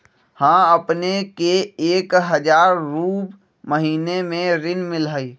हां अपने के एक हजार रु महीने में ऋण मिलहई?